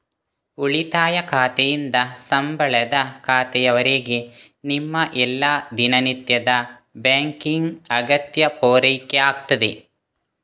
ಉಳಿತಾಯ ಖಾತೆಯಿಂದ ಸಂಬಳದ ಖಾತೆಯವರೆಗೆ ನಿಮ್ಮ ಎಲ್ಲಾ ದಿನನಿತ್ಯದ ಬ್ಯಾಂಕಿಂಗ್ ಅಗತ್ಯ ಪೂರೈಕೆ ಆಗ್ತದೆ